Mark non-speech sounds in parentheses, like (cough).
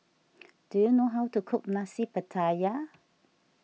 (noise) do you know how to cook Nasi Pattaya